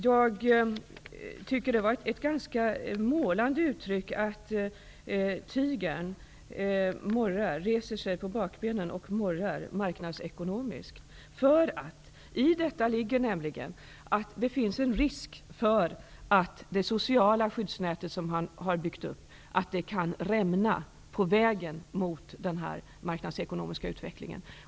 Jag tycker att det var ett ganska målande uttryck att tigern reser sig på bakbenen och morrar marknadsekonomiskt. I detta ligger nämligen att det finns en risk för att det sociala skyddsnät som man har byggt upp kan rämna på vägen mot en utvecklad marknadsekonomi.